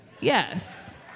Yes